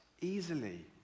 easily